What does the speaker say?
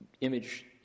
image